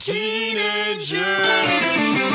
Teenagers